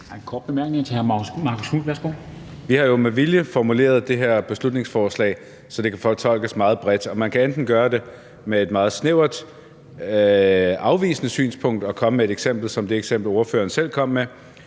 Vi har jo med vilje formuleret det her beslutningsforslag, så det kan fortolkes meget bredt, og man kan enten gøre det med et meget snævert, afvisende synspunkt og komme med et eksempel som det eksempel, ordføreren selv kom med,